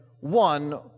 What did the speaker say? one